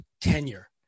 tenure